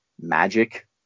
magic